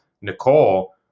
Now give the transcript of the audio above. Nicole